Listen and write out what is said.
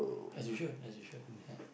as you should as you should ya